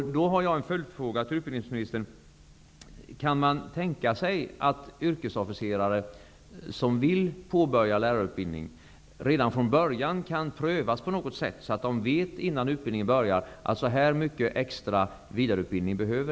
Jag har därför en följdfråga till utbildningsministern: Kan man tänka sig att yrkesofficerare som vill påbörja lärarutbildning kan redan från början prövas på något sätt, så att de innan utbildningen börjar vet hur mycket extra utbildning de behöver?